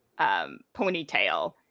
ponytail